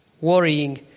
worrying